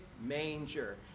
manger